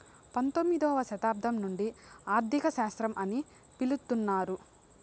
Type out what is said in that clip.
పంతొమ్మిదవ శతాబ్దం నుండి ఆర్థిక శాస్త్రం అని పిలుత్తున్నారు